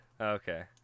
Okay